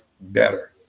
better